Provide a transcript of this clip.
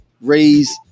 raise